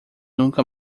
nunca